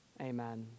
Amen